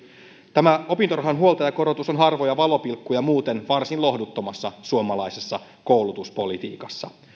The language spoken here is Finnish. tämä opintorahan huoltajakorotus on harvoja valopilkkuja muuten varsin lohduttomassa suomalaisessa koulutuspolitiikassa